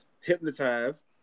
Hypnotized